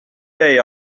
day